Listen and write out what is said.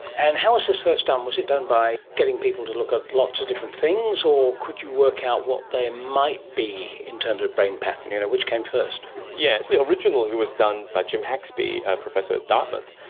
and how was this first done? um was it done by getting people to look at lots of different things, or could you work out what they might be in terms of brain pattern, you know which came first? yes, originally it was done by jim haxby, a professor at dartmouth,